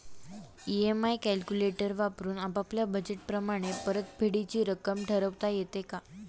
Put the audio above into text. EMI calculator वापरून आपापल्या budget प्रमाणे परतफेडीची रक्कम ठरवता येते का?